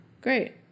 Great